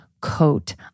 coat